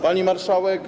Pani Marszałek!